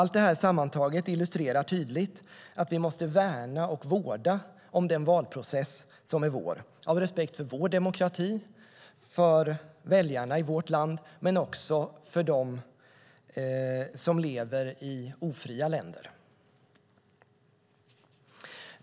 Allt detta sammantaget illustrerar tydligt att vi måste värna och vårda vår valprocess av respekt för vår demokrati, för väljarna i vårt land och för dem som lever i ofria länder.